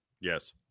Yes